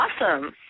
Awesome